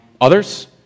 others